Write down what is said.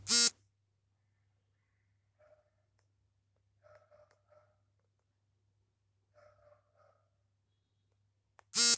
ಅಪಾಯ ಸಂವಹನಕಾರರ ಸಮಸ್ಯೆಗಳು ಉದ್ದೇಶಿತ ಪ್ರೇಕ್ಷಕರನ್ನು ಹೇಗೆ ತಲುಪಬೇಕು ಎಂಬುವುದನ್ನು ಒಳಗೊಂಡಯ್ತೆ